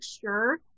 sure